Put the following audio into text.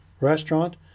restaurant